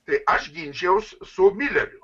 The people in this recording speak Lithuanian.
tai aš ginčijaus su mileriu